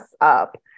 up